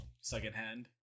secondhand